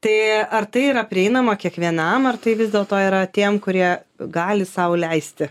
tai ar tai yra prieinama kiekvienam ar tai vis dėlto yra tiem kurie gali sau leisti